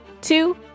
two